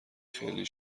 خیلی